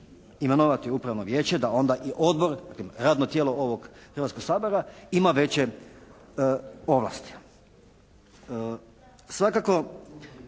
imenovati upravno vijeće da onda i odbor ili radno tijelo ovog Hrvatskoga sabora ima veće ovlasti. Svakako